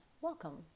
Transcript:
Welcome